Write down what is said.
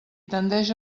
tendeix